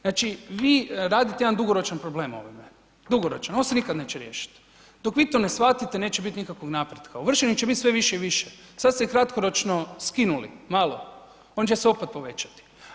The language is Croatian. Znači vi radite jedan dugoročan problem ovime, dugoročan, ovo se nikad neće riješiti, dok vi to ne shvatite neće bit nikakvog napretka, ovršenih će biti sve više i više, sad ste kratkoročno skinuli malo, oni će se opet povećati.